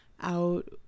out